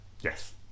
Yes